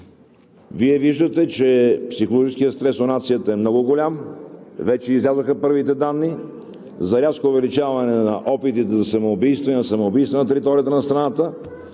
Вие виждате, че психологическият стрес у нацията е много голям. Вече излязоха първите данни за рязко увеличаване на опитите за самоубийства и на самоубийства на територията на страната,